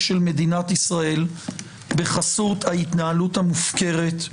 של מדינת ישראל בחסות ההתנהלות המופקרת,